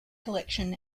collection